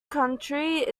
county